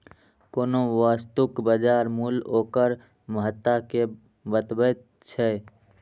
कोनो वस्तुक बाजार मूल्य ओकर महत्ता कें बतबैत छै